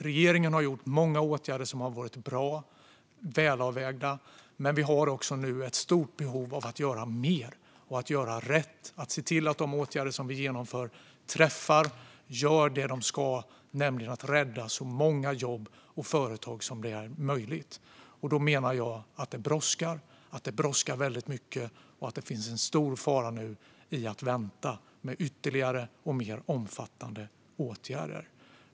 Regeringen har vidtagit många åtgärder som har varit bra och välavvägda, men vi har nu ett stort behov av att göra mer och göra rätt och att se till att de åtgärder som vi genomför träffar och gör det de ska, nämligen att rädda så många jobb och företag som möjligt. Då menar jag att det brådskar väldigt mycket och att det nu finns en stor fara i att vänta med ytterligare och mer omfattande åtgärder.